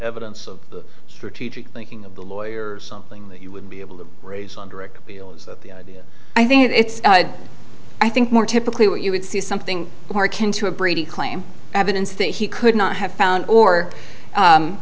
evidence of the strategic thinking of the lawyer something that you would be able to raise on direct appeal is that the idea i think it's i think more typically what you would see something more akin to a brady claim evidence that he could not have found or